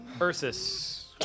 Ursus